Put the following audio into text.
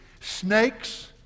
Snakes